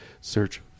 search